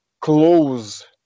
close